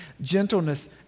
gentleness